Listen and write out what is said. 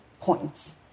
points